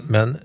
Men